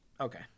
Okay